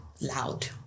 loud